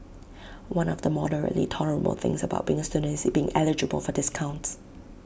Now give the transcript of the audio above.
one of the moderately tolerable things about being A student is being eligible for discounts